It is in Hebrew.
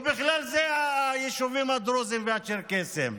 ובכלל זה נגד היישובים הדרוזיים והצ'רקסיים.